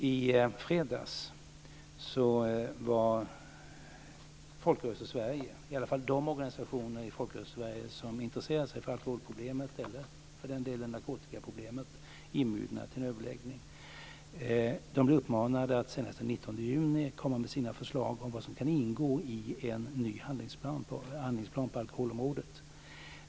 I fredags var Folkrörelsesverige - i alla fall de organisationer i Folkrörelsesverige som intresserar sig för alkoholproblemet, och för den delen också narkotikaproblemet - inbjudna till en överläggning. De blev uppmanade att senast den 19 juni komma med förslag om vad som kan ingå i en handlingsplan på alkoholområdet.